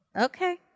Okay